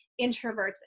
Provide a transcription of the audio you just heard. introverts